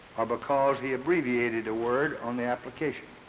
or because he abbreviated a word on the application.